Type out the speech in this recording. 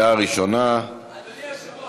(היקף המשרה לצורך מימוש הזכות לשעת הורות),